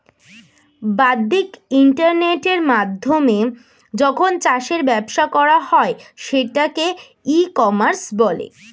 বাদ্দিক ইন্টারনেটের মাধ্যমে যখন চাষের ব্যবসা করা হয় সেটাকে ই কমার্স বলে